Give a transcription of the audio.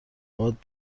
باد